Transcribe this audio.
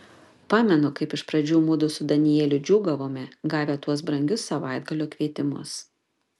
pamenu kaip iš pradžių mudu su danieliu džiūgaudavome gavę tuos brangius savaitgalio kvietimus